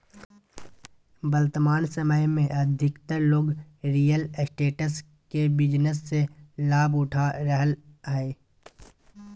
वर्तमान समय में अधिकतर लोग रियल एस्टेट के बिजनेस से लाभ उठा रहलय हइ